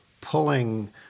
pulling